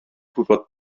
gwybod